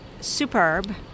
superb